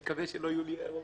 אני מקווה שלא יהיו לי הערות.